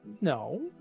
no